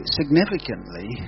significantly